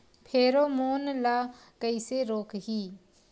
Pheromone ला कइसे रोकही?